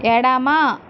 ఎడమ